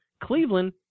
Cleveland